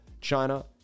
China